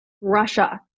Russia